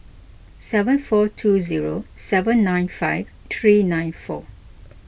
seven four two zero seven nine five three nine four